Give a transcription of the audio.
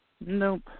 Nope